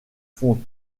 font